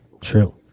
True